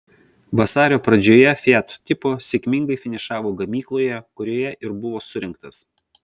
vasario pradžioje fiat tipo sėkmingai finišavo gamykloje kurioje ir buvo surinktas